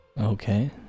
Okay